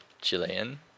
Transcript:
Chilean